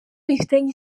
bifitanye